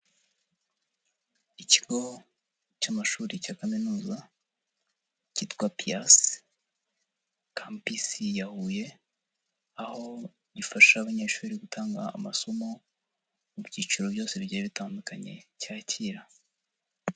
Ikigo cy'amashuri cya Kaminuza cyitwa PIASS campus ya Huye, aho gifasha abanyeshuri gutanga amasomo mu byiciro byose bigiye bitandukanye cyakira.